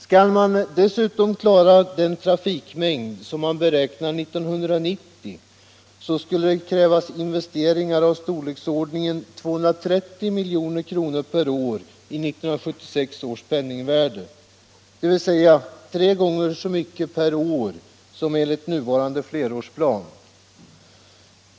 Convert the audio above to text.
Skall man dessutom klara trafikmängden 1990 skulle det krävas investeringar av storleksordningen 230 milj.kr. per år i 1976 års penningvärde, dvs. tre gånger så mycket per år som enligt nuvarande flerårsplan.